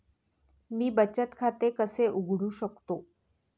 मी बचत खाते कसे उघडू शकतो?